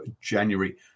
January